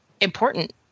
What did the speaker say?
important